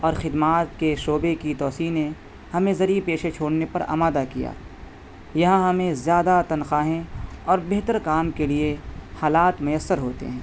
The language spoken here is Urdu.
اور خدمات کے شعبے کی توسیع نے ہمیں زرعی پیشے چھورنے پر آمادہ کیا یہاں ہمیں زیادہ تنخواہیں اور بہتر کام کے لیے حالات میسر ہوتے ہیں